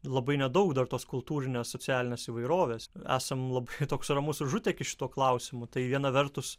labai nedaug dar tos kultūrinės socialinės įvairovės esam labai toks ramus užutekis šituo klausimu tai viena vertus